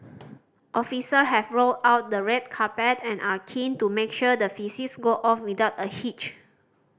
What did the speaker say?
official have rolled out the red carpet and are keen to make sure the visits go off without a hitch